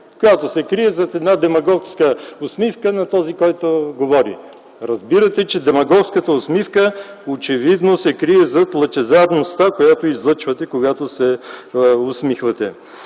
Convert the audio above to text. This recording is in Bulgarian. която се крие зад демагогската усмивка на този, който говори. Очевидно демагогската усмивка се крие зад лъчезарността, която излъчвате, когато се усмихвате.